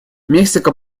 мексика